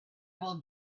will